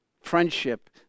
friendship